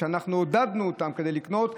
שאנחנו עודדנו אותם לקנות,